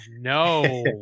no